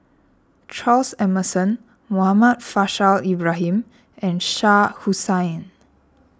Charles Emmerson Muhammad Faishal Ibrahim and Shah Hussain